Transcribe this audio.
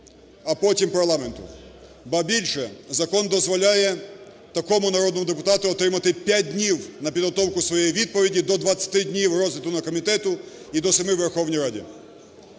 а потім парламенту. Більше, закон дозволяє такому народному депутату отримати п'ять днів на підготовку своєї відповіді, до 20 днів розгляду на комітеті і до семи у Верховній Раді.